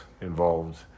involved